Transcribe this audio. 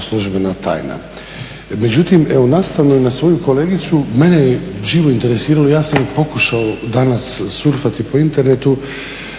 službena tajna. Međutim, evo nastavno i na svoju kolegicu, mene je živo intesiralo, ja sam pokušao danas surfati po internetu.